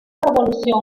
revolución